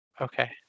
Okay